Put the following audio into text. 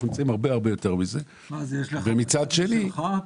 יש לך מדד משלך?